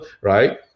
right